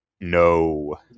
No